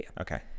Okay